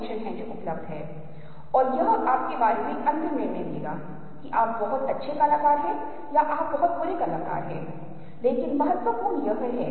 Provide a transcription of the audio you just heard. यही कारण है कि आप देखते हैं कि जब हम भ्रम और उस तरह की अन्य दिलचस्प चीजों के बारे में बात करते हैं तो आप कहते हैं कि उनका कहना उस विशेष प्रकार के संदर्भ में समझ में आता है